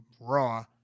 Raw